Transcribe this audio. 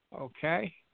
Okay